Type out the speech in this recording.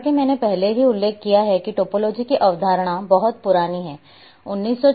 जैसा कि मैंने पहले ही उल्लेख किया है कि टोपोलॉजी की अवधारणा बहुत पुरानी थी